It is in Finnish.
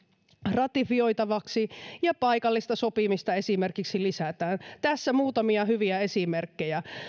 ratifioitavaksi ja esimerkiksi paikallista sopimista lisätään tässä muutamia hyviä esimerkkejä